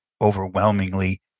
overwhelmingly